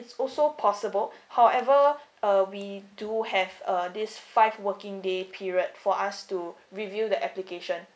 it's also possible however uh we do have uh this five working day period for us to review the application